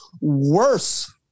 worse